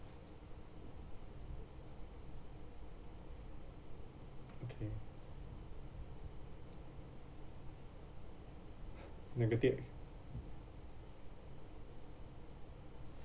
okay negati~ e~